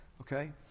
okay